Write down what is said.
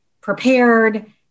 prepared